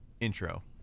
intro